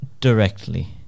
directly